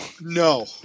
No